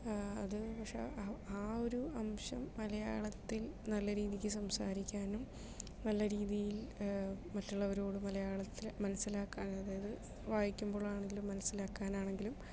അത് പക്ഷേ ആ ഒരു അംശം മലയാളത്തിൽ നല്ല രീതിക്ക് സംസാരിക്കാനും നല്ല രീതിയിൽ മറ്റുള്ളവരോട് മലയാളത്തിൽ മനസ്സിലാക്കാനും അതായത് വായിക്കുമ്പോൾ ആണെങ്കിലും മനസ്സിലാക്കാൻ ആണെങ്കിലും